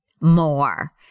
more